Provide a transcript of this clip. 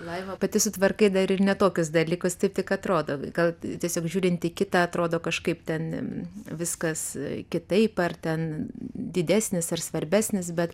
laima pati sutvarkai dar ir ne tokius dalykus taip tik atrodo kad tiesiog žiūrint į kitą atrodo kažkaip ten viskas kitaip ar ten didesnis ar svarbesnis bet